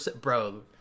Bro